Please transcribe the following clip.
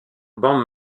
bande